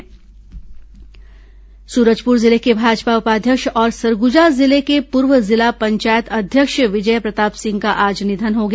विजय प्रताप सिंह निधन सूरजपुर जिले के भाजपा उपाध्यक्ष और सरगुजा जिले के पूर्व जिला पंचायत अध्यक्ष विजय प्रताप सिंह का आज निधन हो गया